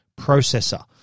Processor